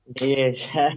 Yes